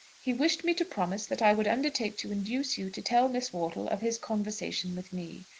he wished me to promise that i would undertake to induce you to tell miss wortle of his conversation with me.